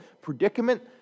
predicament